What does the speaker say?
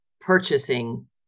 purchasing